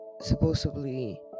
supposedly